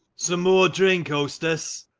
some more drink, hostess!